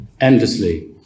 endlessly